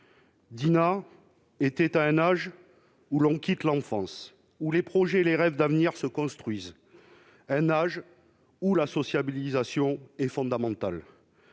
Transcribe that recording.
Dinah était à un âge où l'on quitte l'enfance, où les projets et les rêves d'avenir se construisent, un âge où la socialisation est fondamentale